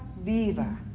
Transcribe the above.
viva